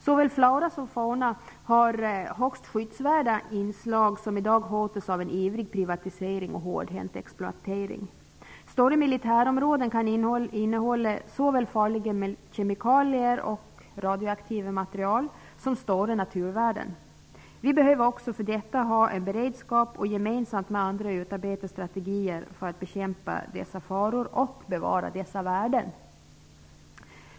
Såväl flora som fauna har högst skyddsvärda inslag som i dag hotas av ivrig privatisering och en hårdhänt exploatering. Stora militärområden kan innehålla såväl farliga kemikalier och radioaktiva material som stora naturvärden. Vi behöver ha en beredskap också för detta och gemensamt med andra utarbeta strategier för att bekämpa dessa faror och bevara dessa värden.